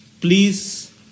please